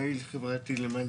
פעיל חברתי למען